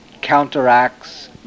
counteracts